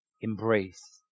embrace